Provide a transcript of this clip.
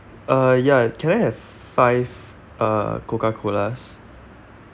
uh ya can I have five uh Coca Colas